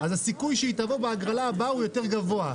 אז הסיכוי שהיא תבוא בהגרלה הבאה הוא יותר גבוה,